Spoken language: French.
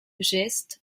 gestes